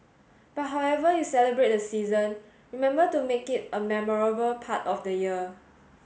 but however you celebrate the season remember to make it a memorable part of the year